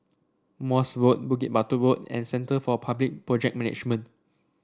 Morse Road Bukit Batok Road and Centre for Public Project Management